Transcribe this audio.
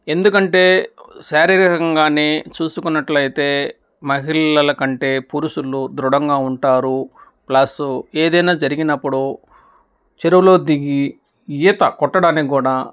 ఎందుకంటే శారీరకంగా చూసుకున్నట్లయితే మహిళల కంటే పురుషులు దృఢంగా ఉంటారు ప్లస్ ఏదైనా జరిగినప్పుడు చెరువులో దిగి ఈత కొట్టడానికి కూడా